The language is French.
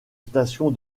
station